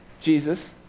Jesus